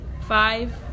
five